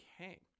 Okay